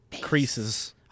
Creases